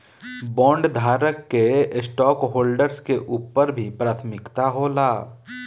बॉन्डधारक के स्टॉकहोल्डर्स के ऊपर भी प्राथमिकता होला